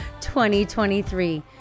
2023